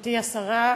גברתי השרה,